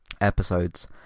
episodes